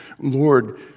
Lord